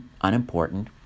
unimportant